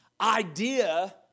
idea